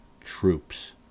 troops